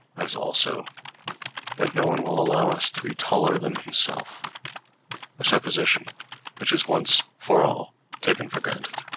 as also that no one will allow us to be taller than himself a supposition which is once for all taken for granted.